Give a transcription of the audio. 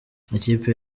ikipe